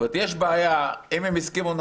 אם הם הסכימו,